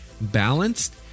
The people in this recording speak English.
balanced